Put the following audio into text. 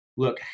look